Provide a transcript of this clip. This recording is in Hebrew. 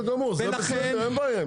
בסדר גמור, זה בסדר, אין בעיה.